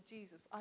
Jesus